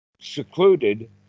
secluded